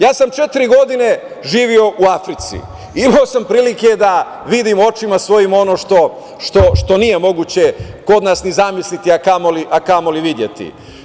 Ja sam četiri godine živeo u Africi i imao sam prilike vidim svojim očima ono što nije moguće kod nas ni zamisliti, a kamoli videti.